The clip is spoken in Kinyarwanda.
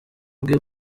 bwe